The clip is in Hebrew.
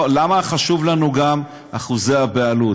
למה היו חשובים לנו גם אחוזי הבעלות?